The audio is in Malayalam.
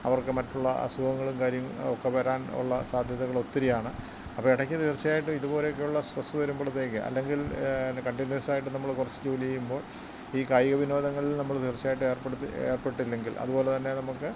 അവർക്ക് മറ്റുള്ള അസുഖങ്ങളും കാര്യങ്ങളുമൊക്കെ വരാനുള്ള സാദ്ധ്യതകൾ ഒത്തിരി ആണ് അപ്പോൾ ഇടക്ക് തീർച്ചയായിട്ടും ഇതുപോലെയൊക്കെയുള്ള സ്ട്രെസ്സ് വരുമ്പോഴത്തേക്ക് അല്ലെങ്കിൽ കണ്ടിന്യുവസ് ആയിട്ട് നമ്മൾ കുറച്ച് ജോലിചെയുമ്പോൾ ഈ കായിക വിനോദങ്ങളിൽ നമ്മൾ തീർച്ചയായിട്ടും ഏർപ്പെട് ഏർപ്പെട്ടില്ലെങ്കിൽ അതുപോലെ തന്നെ നമുക്ക്